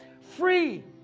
free